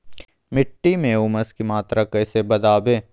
मिट्टी में ऊमस की मात्रा कैसे बदाबे?